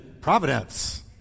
providence